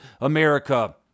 America